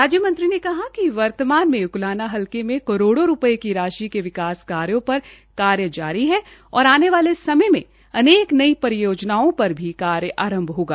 राज्यमंत्री ने कहा कि वर्तमान में उकलाना हलके में करोड़ों रूपये की राशि के विकास कार्यो पर कार्य जारी है और आने वाले समय में अनेक नई परियोजनाओं पर भी कार्य आरंभ होगा